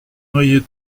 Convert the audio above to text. noyer